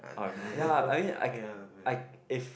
orh if not ya I mean I I if